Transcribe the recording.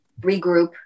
regroup